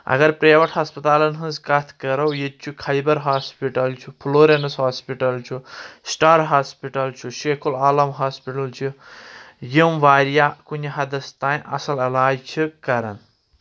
اگر پریویٹ ہسپتالَن ہٕنٛز کتھ کرو ییٚتہِ چھُ خَیبر ہاسپِٹل چھُ فُلوریٚنٕس ہاسپِٹل چھُ سٹار ہاسپِٹل چھُ شیخُ العالم ہاسپِٹل چھِ یِم واریاہ کُنہِ حدس تانۍ اصٕل علاج چھِ کران